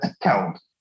account